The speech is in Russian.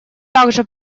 также